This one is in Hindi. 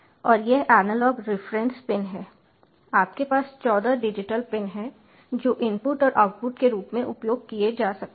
और यह एनालॉग रेफरेंस पिन है आपके पास 14 डिजिटल पिन हैं जो इनपुट और आउटपुट के रूप में उपयोग किए जा सकते हैं